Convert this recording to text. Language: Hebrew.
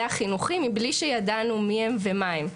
החינוכי מבלי שידענו מי הם ומה הם.